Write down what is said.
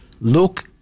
look